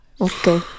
Okay